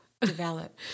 develop